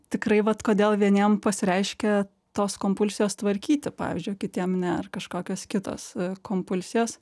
tikrai vat kodėl vieniem pasireiškia tos kompulsijos tvarkyti pavyzdžiui kitiem ne ar kažkokios kitos kompulsijos